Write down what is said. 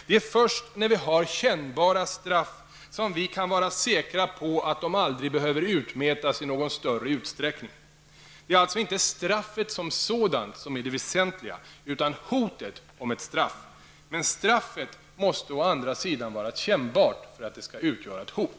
Det är först när vi har kännbara straff som vi kan vara säkra på att de aldrig behöver utmätas i någon större utsträckning. Det är alltså inte straffet som sådant som är det väsentliga, utan hotet om ett straff. Däremot måste straffet vara kännbart för att det skall utgöra ett hot.